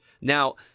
Now